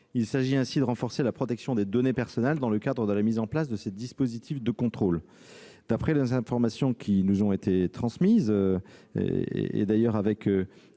Il s'agit ainsi de renforcer la protection des données personnelles dans le cadre de la mise en place de ces dispositifs de contrôle. D'après les informations qui nous ont été transmises, lesquelles ont